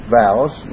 vows